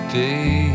day